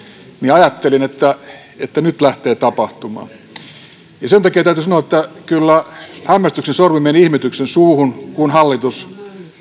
ajattelin että että nyt lähtee tapahtumaan ja sen takia täytyy sanoa että kyllä hämmästyksen sormi meni ihmetyksen suuhun kun hallitus